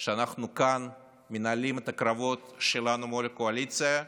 שבהם אנחנו כאן מנהלים את הקרבות שלנו מול הקואליציה,